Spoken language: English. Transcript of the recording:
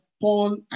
Paul